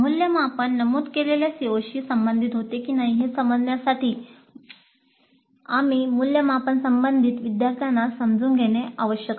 मूल्यमापन नमूद केलेल्या COशी संबंधित होते की नाही हे समजण्यासाठी आम्ही मूल्यमापन संबंधित विद्यार्थ्यांना समजून घेणे आवश्यक आहे